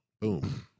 Boom